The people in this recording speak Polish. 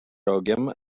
rogiem